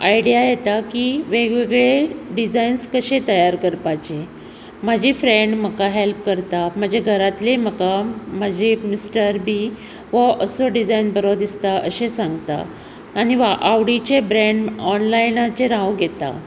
idea येता की वेगवेगळे डिजायन्स कशे तयार करपाचे म्हाजी फ्रेंड म्हाका हेल्प करता म्हाजीं घरांतलीं म्हाका म्हजे मिस्टर बी हो असो डिजायन बरो दिसता अशें सांगता आनी आवडीचे ब्रेंड ऑनलायनाचेर हांव घेतां